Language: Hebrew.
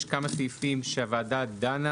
יש כמה שהוועדה דנה